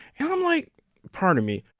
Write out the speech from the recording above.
and i'm like pardon me,